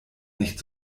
nicht